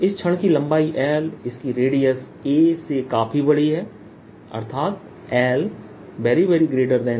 इस छड़ की लंबाई इसकी रेडियस से काफी बड़ी है laहै